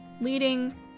leading